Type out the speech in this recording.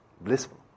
blissful